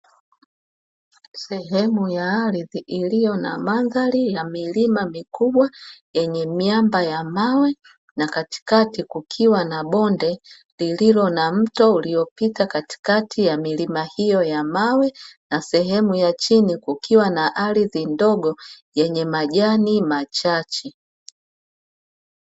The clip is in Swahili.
Sehemu ya ardhi iliyo na mandhari ya milima mikubwa, yenye miamba ya mawe, na katikati kukiwa na bonde lililo na mto, uliopita katikati ya milima hiyo ya mawe, na sehemu ya chini kukiwa na ardhi ndogo yenye majani machache.